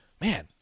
Man